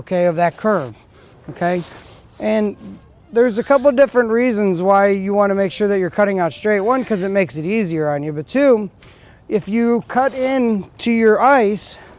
ok of that curve ok and there's a couple of different reasons why you want to make sure that you're cutting out straight one because it makes it easier on your butt to if you cut in to your ice